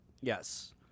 Yes